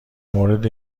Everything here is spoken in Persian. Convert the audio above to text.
مورد